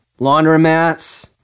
laundromats